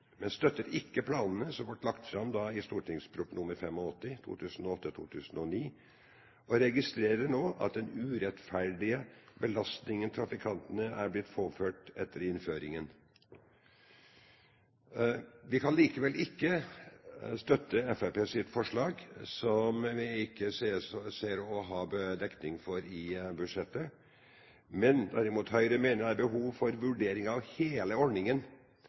men støtter ikke planene som ble lagt fram i St.prp. nr. 85 for 2008–2009, og jeg registrerer nå den urettferdige belastningen trafikantene har blitt påført etter innføringen. Vi kan likevel ikke støtte Fremskrittspartiets forslag, som vi ikke kan se at det er dekning for i budsjettet. Høyre mener derimot det er behov for en vurdering av hele ordningen,